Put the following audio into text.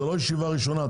זה לא ישיבה ראשונה,